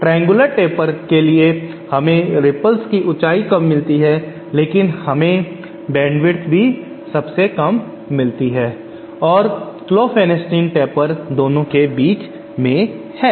triangular taper में हमें ripples की ऊंचाई कम मिलती है लेकिन हमें बैंडविथ भी सबसे कम मिलती है और क्लोफेनेस्टीन टेपर दोनों के बीच में है